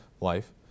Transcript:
life